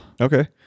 Okay